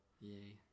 Yay